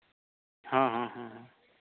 ᱦᱮᱸ ᱦᱮᱸ ᱦᱮᱸ